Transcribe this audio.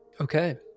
Okay